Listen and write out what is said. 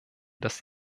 das